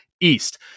East